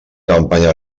campanya